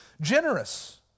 generous